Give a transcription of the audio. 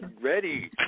ready